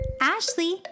Ashley